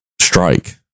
strike